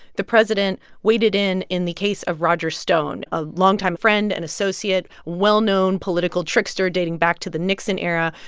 the president waded in in the case of roger stone, a longtime friend and associate, a well-known political trickster dating back to the nixon era,